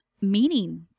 meaning